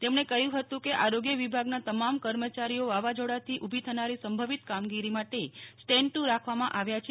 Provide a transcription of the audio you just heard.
તેમણે કહ્યું હતું કે આરોગ્ય વિભાગના તમામ કર્મચારીઓ વાવાઝો ાથી ઉભી થનારી સંભવિત કામગીરી માટે સ્ટેન ટ્ટ રાખવામાં આવ્યા છે